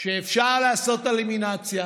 שאפשר לעשות אלימינציה